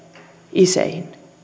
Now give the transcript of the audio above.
isiin